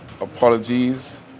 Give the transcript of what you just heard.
apologies